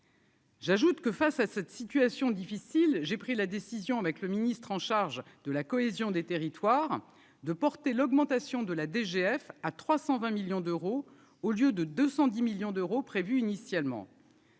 J'ajoute que face à cette situation difficile, j'ai pris la décision avec le ministre en charge de la cohésion des territoires de porter l'augmentation de la DGF à 320 millions d'euros au lieu de 210 millions d'euros prévus initialement.